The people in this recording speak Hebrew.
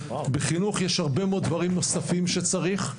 בחינוך יש הרבה מאוד דברים נוספים שצריך,